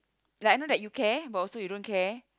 like I know that you care but also you don't care